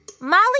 Molly